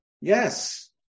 Yes